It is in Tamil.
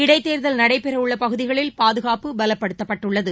இடைத்தேர்தல் நடைபெறவுள்ளபகுதிகளில் பாதுகாப்பு பலப்படுத்தப்பட்டுள்ளது